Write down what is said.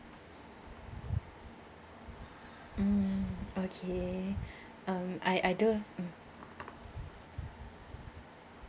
mm okay um I I do mm